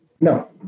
no